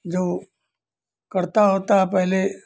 जो करता वरता पहले